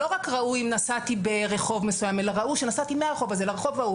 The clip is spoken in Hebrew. לא רק ראו אם נסעתי ברחוב מסוים אלא ראו שנסעתי מהרחוב הזה לרחוב אחר,